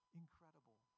incredible